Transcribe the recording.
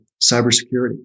cybersecurity